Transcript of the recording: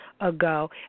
ago